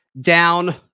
down